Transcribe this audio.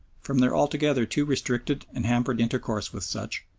from their altogether too restricted and hampered intercourse with such,